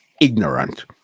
Ignorant